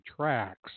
tracks